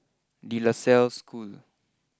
De La Salle School